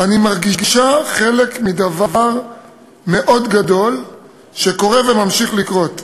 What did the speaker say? "אני מרגישה חלק מדבר מאוד גדול שקורה וממשיך לקרות.